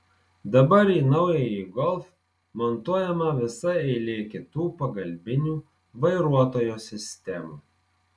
dabar į naująjį golf montuojama visa eilė kitų pagalbinių vairuotojo sistemų